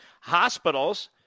hospitals